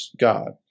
God